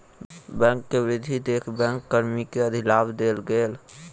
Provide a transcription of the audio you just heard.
bank के वृद्धि देख बैंक कर्मी के अधिलाभ देल गेल